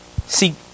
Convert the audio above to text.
See